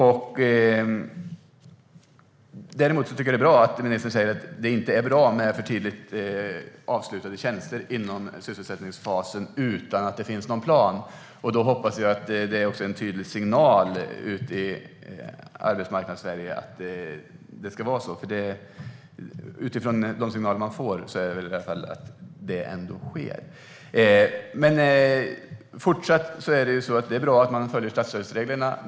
Jag tycker att det är bra att ministern säger att det inte är bra med för tidigt avslutade tjänster inom sysselsättningsfasen utan att det finns någon plan. Då hoppas jag att det också är en tydlig signal ut till Arbetsmarknadssverige att det ska vara så. De signaler vi får tyder nämligen på att detta ändå sker. Det är bra att man följer statsstödsreglerna.